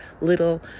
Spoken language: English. little